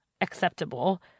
acceptable